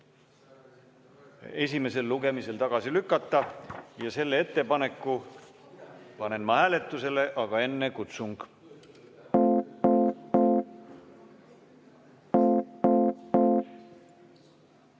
esimesel lugemisel tagasi lükata. Ja selle ettepaneku panen ma hääletusele. Aga enne kutsung.